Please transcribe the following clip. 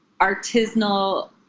artisanal